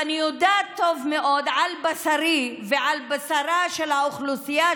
ואני יודעת טוב מאוד על בשרי ועל בשרה של האוכלוסייה